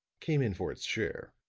came in for its share.